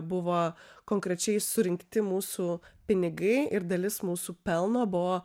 buvo konkrečiai surinkti mūsų pinigai ir dalis mūsų pelno buvo